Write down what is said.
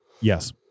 Yes